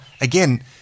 again